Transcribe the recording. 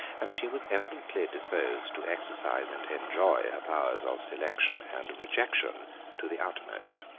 and she was evidently disposed to exercise and enjoy her powers of selection and rejection to the utmost.